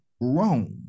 wrong